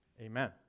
Amen